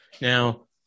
Now